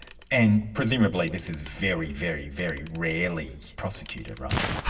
and presumably this is very, very very rarely prosecuted, right?